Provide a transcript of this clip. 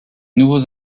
nouveaux